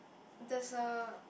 there's a